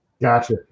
Gotcha